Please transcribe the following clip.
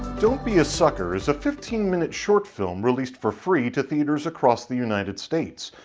don't be a sucker is a fifteen minute short film released for free to theaters across the united states.